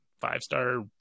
five-star